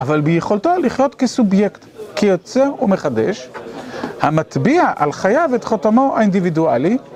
אבל ביכולתו לחיות כסובייקט, כיוצר ומחדש, המטביע על חייו את חותמו האינדיבידואלי